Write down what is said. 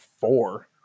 four